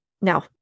Now